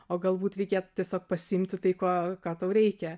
o galbūt reikėtų tiesiog pasiimti tai ko ką tau reikia